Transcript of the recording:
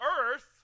earth